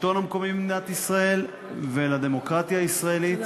לשלטון המקומי במדינת ישראל ולדמוקרטיה הישראלית.